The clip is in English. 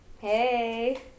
hey